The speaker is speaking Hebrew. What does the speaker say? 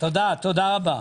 תודה רבה.